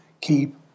keep